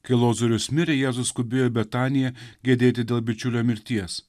kai lozorius mirė jėzus skubėjo į betaniją gedėti dėl bičiulio mirties